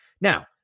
Now